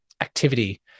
activity